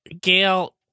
Gail